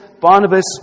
Barnabas